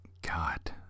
God